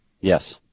Yes